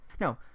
No